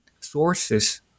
sources